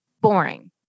Boring